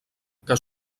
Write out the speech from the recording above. que